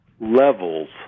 levels